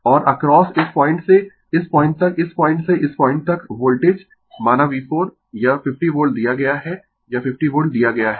और अक्रॉस इस पॉइंट से इस पॉइंट तक इस पॉइंट से इस पॉइंट तक वोल्टेज माना V4 यह 50 वोल्ट दिया गया है यह 50 वोल्ट दिया गया है